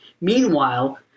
Meanwhile